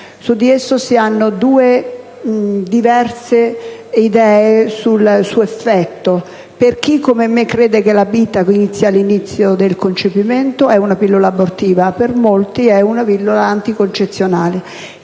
farmaco si hanno due diverse idee: per chi, come me, crede che la vita inizi all'inizio del concepimento è una pillola abortiva; per molti è una pillola anticoncezionale.